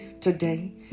today